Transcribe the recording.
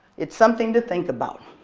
it's something to think about.